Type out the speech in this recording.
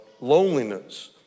loneliness